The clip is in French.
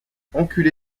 enculé